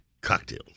cocktails